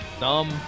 dumb